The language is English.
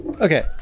Okay